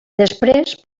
després